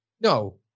No